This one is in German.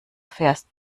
fährst